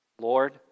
Lord